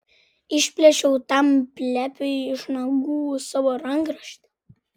išplėšiau tam plepiui iš nagų savo rankraštį